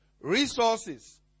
Resources